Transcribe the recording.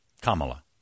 Kamala